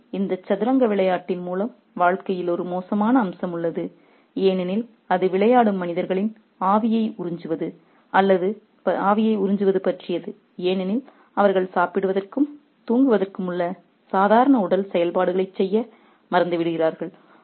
எனவே இந்த சதுரங்க விளையாட்டின் மூலம் வாழ்க்கையில் ஒரு மோசமான அம்சம் உள்ளது ஏனெனில் அது விளையாடும் மனிதர்களின் ஆவியை உறிஞ்சுவது அல்லது பறிப்பது ஏனெனில் அவர்கள் சாப்பிடுவதற்கும் தூங்குவதற்கும் உள்ள சாதாரண உடல் செயல்பாடுகளைச் செய்ய மறந்து விடுகிறார்கள்